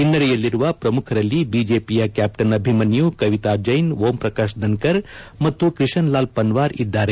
ಹಿನ್ನಡೆಯಲ್ಲಿರುವ ಪ್ರಮುಖರಲ್ಲಿ ಬಿಜೆಪಿಯ ಕ್ಯಾಪ್ವನ್ ಅಭಿಮನ್ನು ಕವಿತಾ ಜೈನ್ ಓಂಪ್ರಕಾಶ್ ದನ್ಕರ್ ಮತ್ತು ಕ್ರಿಷನ್ ಲಾಲ್ ಪನ್ವಾರ್ ಇದ್ದಾರೆ